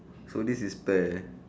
so this is bad